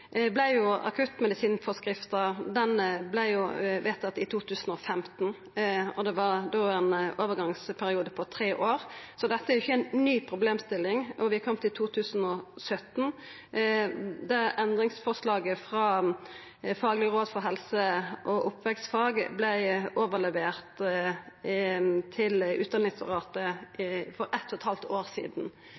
Akuttmedisinforskrifta vart vedteken i 2015, og det var da ein overgangsperiode på tre år, så dette er ikkje ei ny problemstilling. Vi er komne til 2017, endringsforslaget frå Fagleg råd for helse- og oppvekstfag vart overlevert til Utdanningsdirektoratet for eitt og eit halvt år sidan.